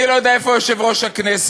אני לא יודע איפה יושב-ראש הכנסת,